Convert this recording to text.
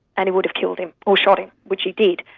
and he would have killed him, or shot him, which he did.